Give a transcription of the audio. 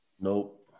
Nope